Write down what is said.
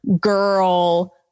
girl